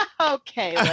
okay